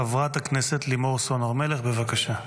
חברת הכנסת לימור סון הר מלך, בבקשה.